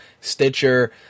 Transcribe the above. Stitcher